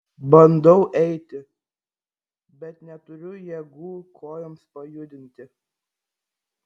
bandau eiti bet neturiu jėgų kojoms pajudinti